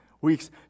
Weeks